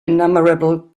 innumerable